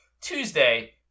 Tuesday